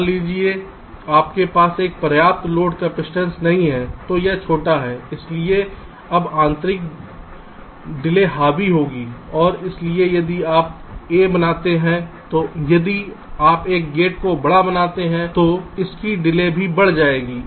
मान लीजिए कि हमारे पास एक पर्याप्त लोड कपसिटंस नहीं है तो यह छोटा है इसलिए अब आंतरिक डिलेहावी होगी और इसलिए यदि आप a बनाते हैं तो यदि आप एक गेट को बड़ा करते हैं तो इसकी डिले भी बढ़ जाएगी